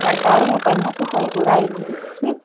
सरकारी में पढ़ने से कोई बुराई नहीं है ठिक